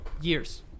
years